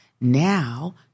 now